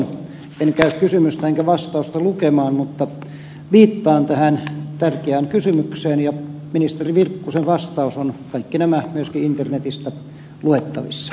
en käy kysymystä enkä vastausta lukemaan mutta viittaan tähän tärkeään kysymykseen ja ministeri virkkusen vastaus ja kaikki nämä ovat myöskin internetistä luettavissa